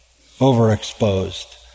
overexposed